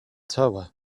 tower